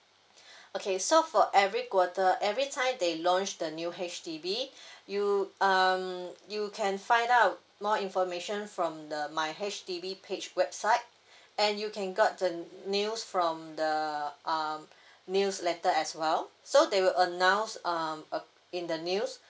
okay so for every quarter every time they launch the new H_D_B you um you can find out more information from the my H_D_B page website and you can got the news from the um newsletter as well so they will announce um uh in the news